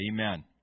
Amen